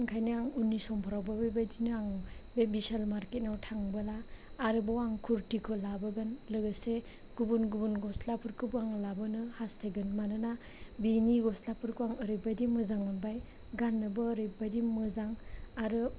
ओंखायनो आं उननि समफ्रावबो बेबायदिनो आं बे बिशाल मार्कटआव थांबोला आरोबाव आं कुर्टिखौ लाबोगोन लोगोसे गुबुन गुबुन गस्लाफोरखौबो आं लाबोनो हास्थायगोन मानोना बेनि गस्लाफोरखौ आं ओरैबायदि मोजां मोनबाय गाननोबो ओरैबायदि मोजां आरो